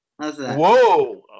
Whoa